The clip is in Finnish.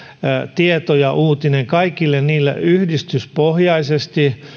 tieto ja uutinen kaikille yhdistyspohjaisesti